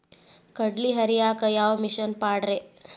ಕಡ್ಲಿ ಹರಿಯಾಕ ಯಾವ ಮಿಷನ್ ಪಾಡ್ರೇ?